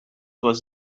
was